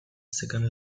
second